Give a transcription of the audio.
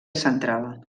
central